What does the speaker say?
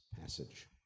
passage